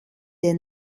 der